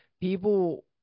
People